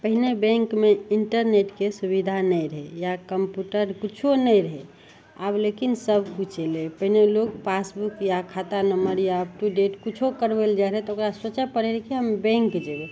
पहिले बैँकमे इन्टरनेटके सुविधा नहि रहै या कम्प्यूटर किछु नहि रहै आब लेकिन सबकिछु अएलै पहिले लोक पासबुक या खाता नम्बर या अपटुडेट या किछु करबै ले जाइ रहै तऽ ओकरा सोचै पड़ै रहै कि हम बैँक जएबै